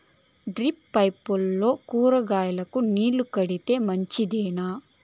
Drip పైపుల్లో కూరగాయలు నీళ్లు కడితే మంచిదేనా?